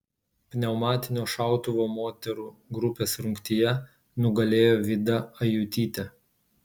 pneumatinio šautuvo moterų grupės rungtyje nugalėjo vida ajutytė